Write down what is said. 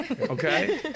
Okay